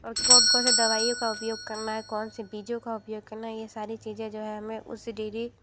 और कब कौनसी दवाईयों का उपयोग करना है कौनसे बीजों का उपयोग करना ये सारी चीज़ें जो हैं हमें उस डी डी